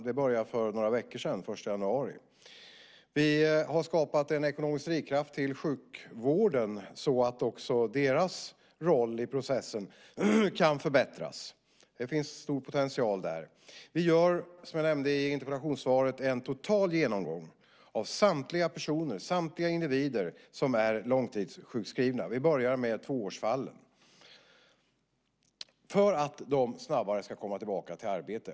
Det började gälla för några veckor sedan, den 1 januari. Vi har skapat en ekonomisk drivkraft till sjukvården så att också deras roll i processen kan förbättras. Där finns en stor potential. Vi gör, som jag nämnde i interpellationssvaret, en total genomgång av samtliga individer som är långtidssjukskrivna - vi börjar med tvåårsfallen - för att de snabbare ska komma tillbaka i arbete.